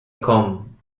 come